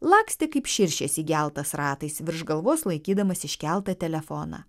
lakstė kaip širšės įgeltas ratais virš galvos laikydamas iškeltą telefoną